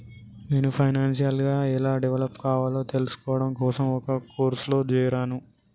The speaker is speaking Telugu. నేను ఫైనాన్షియల్ గా ఎలా డెవలప్ కావాలో తెల్సుకోడం కోసం ఒక కోర్సులో జేరాను